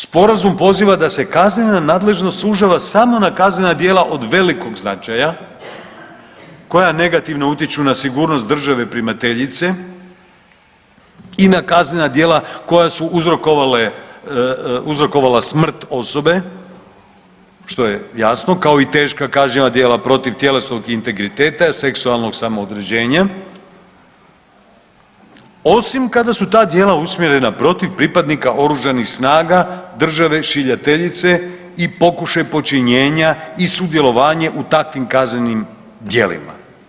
Sporazum poziva da se kaznena nadležnost sužava samo na kaznena djela od velikog značaja, koja negativno utječu na sigurnost države primateljice i na kaznena djela koja su uzrokovala smrt osobe, što je jasno, kao i teška kažnjiva djela protiv tjelesnog integriteta, seksualnog samoodređenja, osim kada su ta djela usmjerena protiv pripadnika OS-a države šiljateljice i pokušaj počinjenja i sudjelovanje u takvim kaznenim djelima.